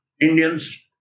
Indians